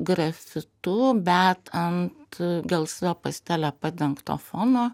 grafitu bet ant gelsva pastele padengto fono